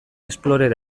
explorer